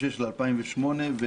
.